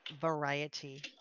variety